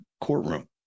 courtroom